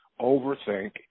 overthink